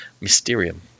Mysterium